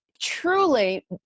Truly